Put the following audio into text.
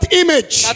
image